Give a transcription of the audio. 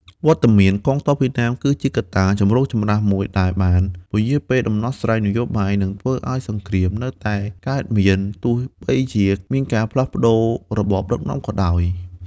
វត្តមានកងទ័ពវៀតណាមគឺជាកត្តាចម្រូងចម្រាសមួយ ដែលបានពន្យារពេលដំណោះស្រាយនយោបាយ និងធ្វើឱ្យសង្គ្រាមនៅតែកើតមាន ទោះបីជាមានការផ្លាស់ប្តូររបបដឹកនាំក៏ដោយ។